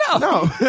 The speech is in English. no